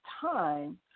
time